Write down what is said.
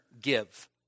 give